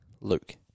Luke